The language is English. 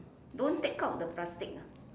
don't take out the plastic